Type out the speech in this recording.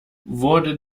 wurde